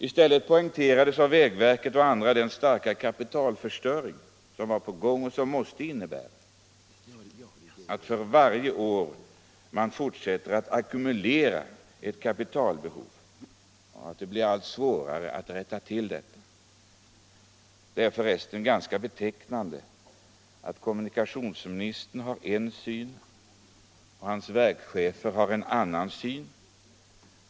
I stället poängterades av vägverket m.fl. den starka kapitalförstöring som pågick och som måste innebära att det för varje år som man fortsätter att ackumulera ett kapitalbehov blir allt svårare att fylla detta. Det är för resten ganska betecknande att kommunikationsministern har en syn och hans verkschefer har en annan syn.